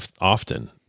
often